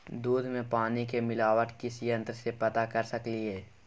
दूध में पानी के मिलावट किस यंत्र से पता कर सकलिए?